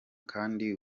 kandi